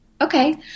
Okay